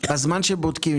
בזמן שבודקים,